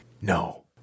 No